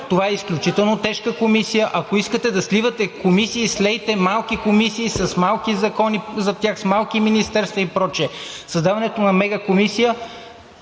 това е изключително тежка комисия. Ако искате да сливате комисии, слейте малки комисии с малки закони за тях, с малки министерства и прочее. Създаването на мега комисия